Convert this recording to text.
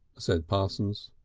said parsons.